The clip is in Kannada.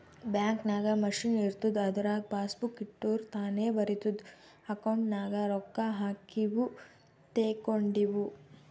ಬ್ಯಾಂಕ್ ನಾಗ್ ಮಷಿನ್ ಇರ್ತುದ್ ಅದುರಾಗ್ ಪಾಸಬುಕ್ ಇಟ್ಟುರ್ ತಾನೇ ಬರಿತುದ್ ಅಕೌಂಟ್ ನಾಗ್ ರೊಕ್ಕಾ ಹಾಕಿವು ತೇಕೊಂಡಿವು